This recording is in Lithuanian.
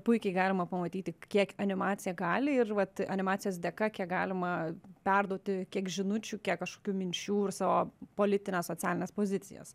puikiai galima pamatyti kiek animacija gali ir vat animacijos dėka kiek galima perduoti kiek žinučių kiek kažkokių minčių ir savo politines socialines pozicijas